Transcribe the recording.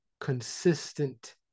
consistent